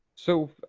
so,